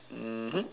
mmhmm